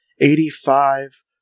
eighty-five